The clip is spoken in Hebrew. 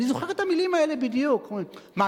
אני זוכר את המלים האלה בדיוק: מה,